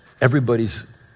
everybody's